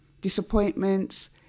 disappointments